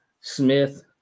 Smith